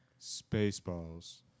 Spaceballs